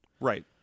right